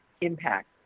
impact